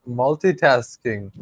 multitasking